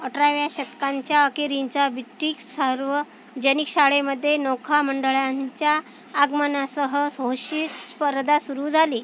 अठराव्या शतकाच्या अखेरीच्या बिट्टीक्स सार्वजनिक शाळेमध्ये नौखा मंडळांच्या आगमनासह सोहशी स्पर्धा सुरू झाली